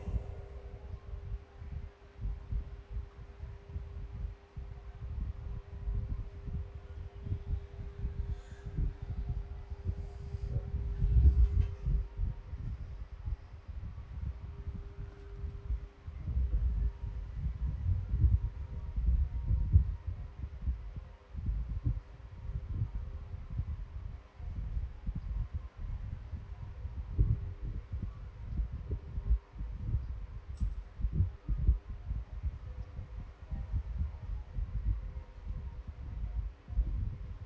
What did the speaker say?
ya